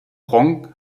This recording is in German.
pronk